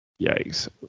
yikes